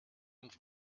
und